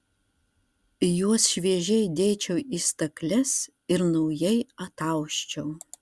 juos šviežiai dėčiau į stakles ir naujai atausčiau